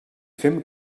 fem